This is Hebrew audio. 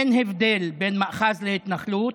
אין הבדל בין מאחז להתנחלות.